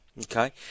Okay